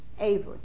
Avery